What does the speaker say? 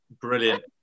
brilliant